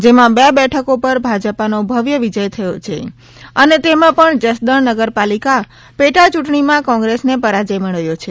જેમાં બે બેઠકો પર ભાજપાનો ભવ્ય વિજય થયો છે અને તેમાં પણ જસદણ નગરપાલિકા પેટા ચૂંટણીમાં કોંગ્રેસને પરાજથ મળ્યો છે